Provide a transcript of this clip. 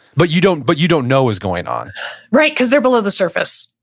but you don't but you don't know is going on right, because they're below the surface.